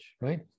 right